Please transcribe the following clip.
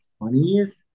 20s